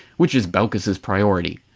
which is baucus's priority.